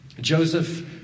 Joseph